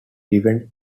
even